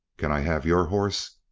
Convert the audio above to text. can i have your horse?